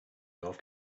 golf